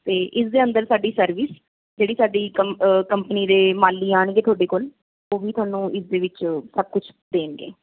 ਅਤੇ ਇਸ ਦੇ ਅੰਦਰ ਸਾਡੀ ਸਰਵਿਸ ਜਿਹੜੀ ਸਾਡੀ ਕੰਪ ਕੰਪਨੀ ਦੇ ਮਾਲੀ ਆਉਣਗੇ ਤੁਹਾਡੇ ਕੋਲ ਉਹ ਵੀ ਤੁਹਾਨੂੰ ਇਸ ਦੇ ਵਿੱਚ ਸਭ ਕੁਛ ਦੇਣਗੇ